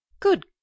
Good